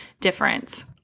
difference